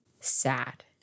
sad